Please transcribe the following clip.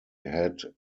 had